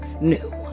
new